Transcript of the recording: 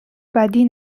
بدی